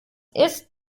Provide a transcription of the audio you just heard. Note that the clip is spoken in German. ist